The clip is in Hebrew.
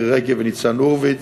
מירי רגב וניצן הורוביץ.